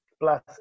plus